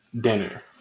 dinner